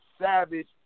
savage